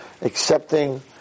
accepting